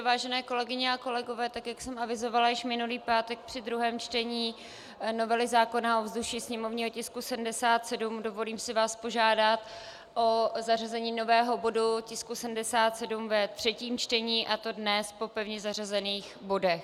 Vážené kolegyně a kolegové, tak jak jsem avizovala již minulý pátek při druhém čtení novely zákona o ovzduší, sněmovního tisku č. 77, dovolím si vás požádat o zařazení nového bodu tisku č. 77 ve třetím čtení, a to dnes po pevně zařazených bodech.